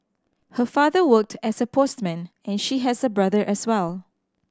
her father worked as a postman and she has a brother as well